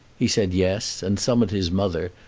he said yes, and summoned his mother,